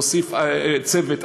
להוסיף צוות,